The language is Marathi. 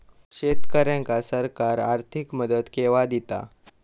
शेतकऱ्यांका सरकार आर्थिक मदत केवा दिता?